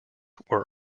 were